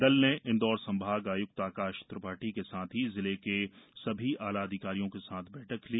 दल ने इंदौर संभाग आयुक्त आकाश त्रिपाठी के साथ ही जिले के सभी आला अधिकारियों के साथ बैठक ली